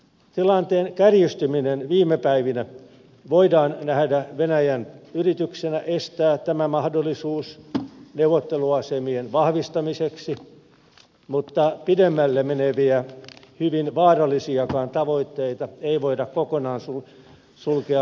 tilanteen kärjistyminen viime päivinä voidaan nähdä venäjän yrityksenä estää tämä mahdollisuus neuvotteluase mien vahvistamiseksi mutta pidemmälle meneviä hyvin vaarallisiakaan tavoitteita ei voida kokonaan sulkea laskuista pois